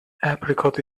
apricot